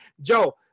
Joe